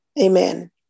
Amen